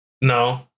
No